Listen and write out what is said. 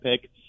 pick